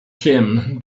kim